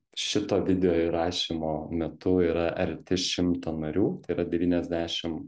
šito video įrašymo metu yra arti šimto narių tai yra devyniasdešim